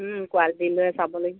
quality লৈ চাব লাগিব